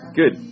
Good